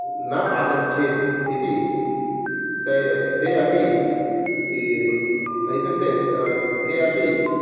न आगच्छेत् इति ते ते अपि ई इत्युक्ते ते अपि